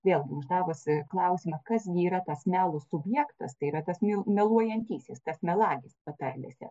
vėlgi uždavusi klausimą kas gi yra tas melo subjektas tai yra tas nu meluojantysis tas melagis patarlėse